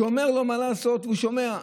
שאומר לו מה לעשות, והוא שומע.